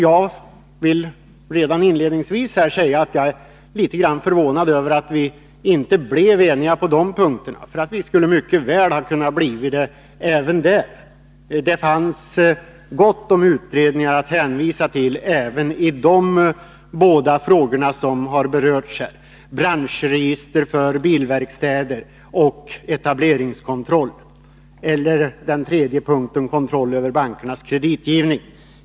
Jag vill redan inledningsvis säga att jag är förvånad över att vi inte blev eniga om de punkterna. Vi skulle mycket väl ha kunnat bli det även där. Det finns gott om utredningar att hänvisa till också beträffande två av de frågor som här är aktuella — branschregister för bilverkstäder och etableringskontroll — och likaså beträffande den tredje frågan, nämligen den om kontroll över bankernas kreditgivning.